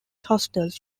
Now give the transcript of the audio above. hostels